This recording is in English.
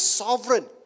sovereign